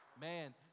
man